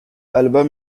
album